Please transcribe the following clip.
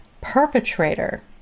perpetrator